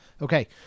Okay